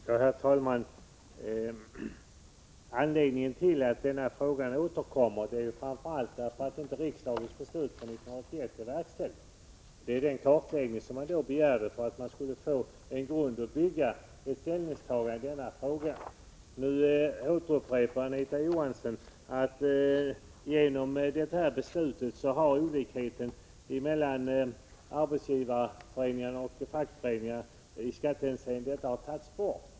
Herr talman! Anledningen till att denna fråga återkommer är framför allt att riksdagens beslut 1981 inte har verkställts. Det gäller den kartläggning som riksdagen då begärde för att man skulle få en grund att bygga ett ställningstagande på i denna fråga. Nu återupprepar Anita Johansson att genom beslutet om skattereduktion för fackföreningsavgifter har olikheten i skattehänseende mellan arbetsgivarorganisationerna och fackföreningarna tagits bort.